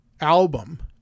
album